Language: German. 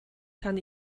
kann